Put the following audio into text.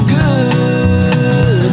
good